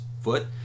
foot